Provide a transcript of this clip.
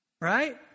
right